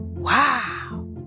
Wow